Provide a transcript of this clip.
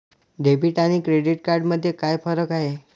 Debit आणि credit card मध्ये काय फरक आहे?